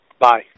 bye